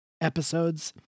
episodes